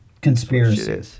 Conspiracy